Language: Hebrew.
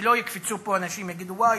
שלא יקפצו פה אנשים ויגידו: וואי,